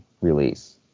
release